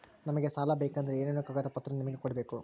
ನಮಗೆ ಸಾಲ ಬೇಕಂದ್ರೆ ಏನೇನು ಕಾಗದ ಪತ್ರ ನಿಮಗೆ ಕೊಡ್ಬೇಕು?